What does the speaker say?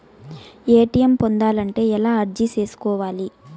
ATM పొందాలంటే ఎలా అర్జీ సేసుకోవాలి?